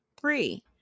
Three